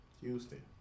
Houston